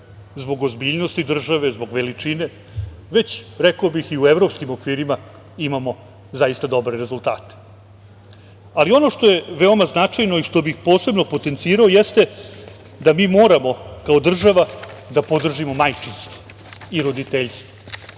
zbog ozbiljnosti države, zbog veličine, već rekao bih i u evropskih okvirima imamo zaista dobre rezultate. Ono što je veoma značajno i što bih posebno potencirao jeste da moramo kao država da podržimo majčinstvo i roditeljstvo.